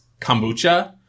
kombucha